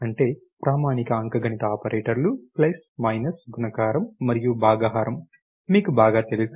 అంటే ప్రామాణిక అంకగణిత ఆపరేటర్లు ప్లస్ మైనస్ గుణకారం మరియు భాగహారం మీకు బాగా తెలుసు